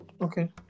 okay